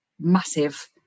massive